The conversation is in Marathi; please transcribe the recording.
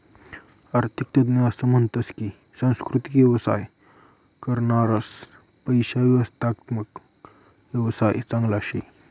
आरर्थिक तज्ञ असं म्हनतस की सांस्कृतिक येवसाय करनारास पेक्शा व्यवस्थात्मक येवसाय चांगला शे